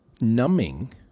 numbing